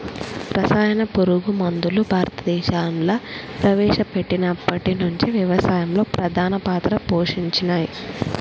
రసాయన పురుగు మందులు భారతదేశంలా ప్రవేశపెట్టినప్పటి నుంచి వ్యవసాయంలో ప్రధాన పాత్ర పోషించినయ్